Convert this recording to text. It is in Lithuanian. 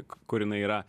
kur jinai yra